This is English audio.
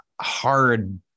hard